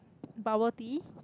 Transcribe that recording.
bubble tea